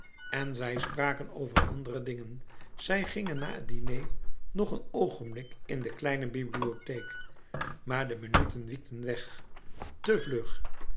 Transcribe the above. en zij spraken over andere dingen zij gingen na het diner nog een oogenblik in de kleine bibliotheek maar de minuten wiekten weg te vlug